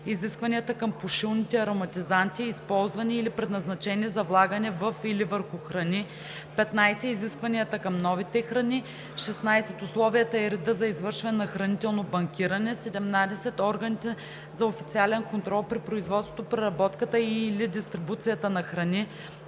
изискванията към пушилните ароматизанти, използвани или предназначени за влагане във или върху храни; 15. изискванията към новите храни; 16. условията и реда за извършване на хранително банкиране; 17. органите за официален контрол при производството, преработката и/или дистрибуцията на храни;